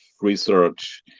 research